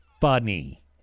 funny